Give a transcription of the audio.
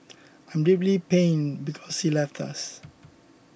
I'm deeply pained because he left us